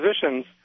positions